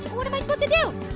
what? what am i supposed to do? oh